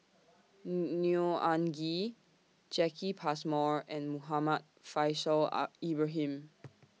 Neo Anngee Jacki Passmore and Muhammad Faishal up Ibrahim